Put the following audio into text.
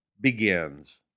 begins